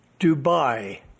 Dubai